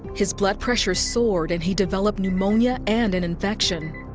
his blood pressure soared and he developed pneumonia and an infection.